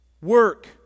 Work